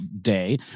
day